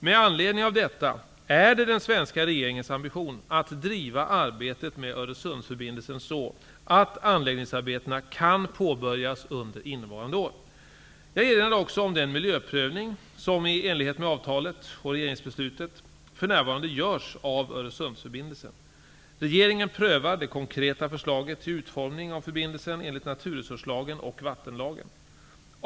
Med anledning av detta är det den svenska regeringens ambition att driva arbetet med Öresundsförbindelsen så att anläggningsarbetena kan påbörjas under innevarande år. Jag erinrar också om den miljöprövning som, i enlighet med avtalet och riksdagsbeslutet, för närvarande görs av Öresundsförbindelsen. Regeringen prövar det konkreta förslaget till utformning av förbindelsen enligt naturresurslagen och vattenlagen.